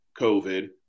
COVID